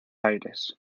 aires